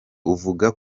uvuga